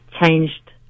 changed